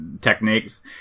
techniques